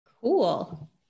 cool